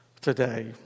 today